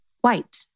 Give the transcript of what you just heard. white